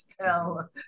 tell